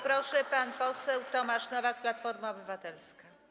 Proszę, pan poseł Tomasz Nowak, Platforma Obywatelska.